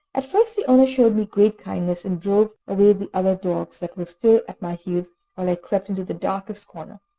at first the owner showed me great kindness, and drove away the other dogs that were still at my heels, while i crept into the darkest corner.